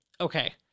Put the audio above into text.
Okay